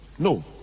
No